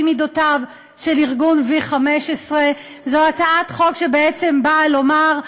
מידותיו של ארגון V15. זו הצעת חוק שבעצם באה לומר: